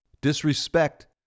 Disrespect